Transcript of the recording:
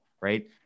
right